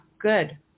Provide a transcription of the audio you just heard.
good